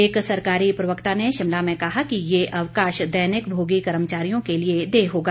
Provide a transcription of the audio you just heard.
एक सरकारी प्रवक्ता ने शिमला में कहा कि यह अवकाश दैनिक भोगी कर्मचारियों के लिए देय होगा